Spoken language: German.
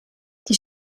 die